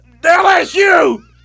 LSU